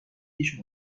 خویش